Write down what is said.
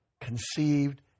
conceived